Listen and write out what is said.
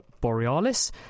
borealis